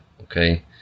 okay